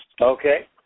Okay